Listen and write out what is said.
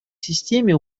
системе